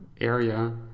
area